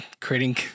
creating